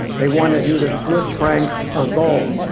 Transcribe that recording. they wanted either swiss francs or gold.